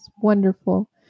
wonderful